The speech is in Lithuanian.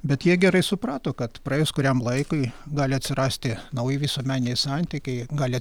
bet jie gerai suprato kad praėjus kuriam laikui gali atsirasti nauji visuomeniniai santykiai gali